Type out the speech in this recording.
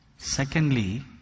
secondly